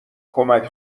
کمک